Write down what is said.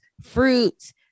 fruits